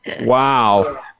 Wow